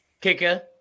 kicker